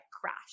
crash